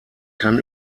kann